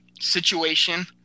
situation